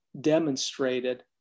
demonstrated